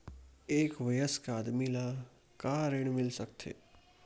एक वयस्क आदमी ला का ऋण मिल सकथे?